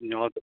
हजुर